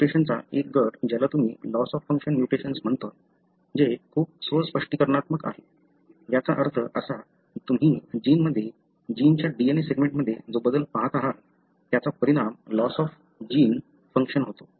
म्यूटेशनचा एक गट ज्याला तुम्ही लॉस ऑफ फंक्शन म्युटेशन म्हणतो जे खूप स्व स्पष्टीकरणात्मक आहे याचा अर्थ असा की तुम्ही जीनमध्ये जीनच्या DNA सेगमेंटमध्ये जो बदल पाहत आहात त्याचा परिणाम लॉस ऑफ जीन फंक्शन होते